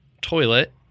toilet